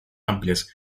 amplias